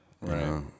right